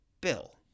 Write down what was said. Bill